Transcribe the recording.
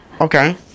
Okay